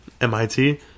M-I-T